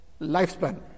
lifespan